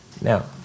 Now